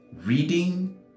reading